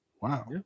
wow